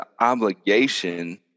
obligation